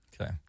Okay